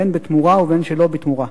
בין בתמורה ובין שלא בתמורה.